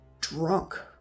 drunk